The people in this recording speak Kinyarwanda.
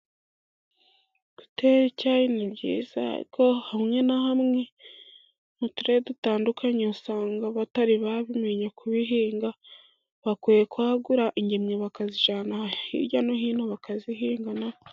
gutera icyari ni byiza, ariko hamwe na hamwe mu turere dutandukanye usanga abatari babimenya kugihinga bakwiye kugura ingemwe bakazijyana hirya no hino bakazihinga.